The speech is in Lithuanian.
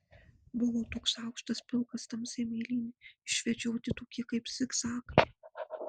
buvo toks aukštas pilkas tamsiai mėlyni išvedžioti tokie kaip zigzagai